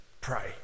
pray